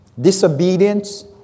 disobedience